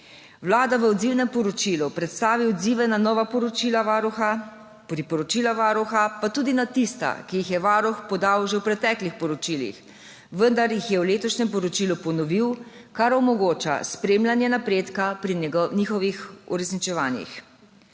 Vlada v odzivnem poročilu predstavi odzive na nova poročila Varuha, priporočila Varuha, pa tudi na tista, ki jih je Varuh podal že v preteklih poročilih, vendar jih je v letošnjem poročilu ponovil, kar omogoča spremljanje napredka pri njihovih uresničevanjih.